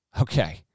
Okay